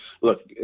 Look